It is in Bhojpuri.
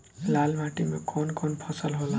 लाल माटी मे कवन कवन फसल होला?